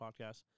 podcast